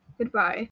Goodbye